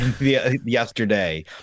yesterday